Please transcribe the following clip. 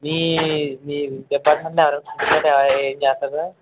మీ మీ డిపార్ట్మెంట్లో ఎవరన్నా కుకింగ్ కట్టా ఏమన్నా చేస్తారా సార్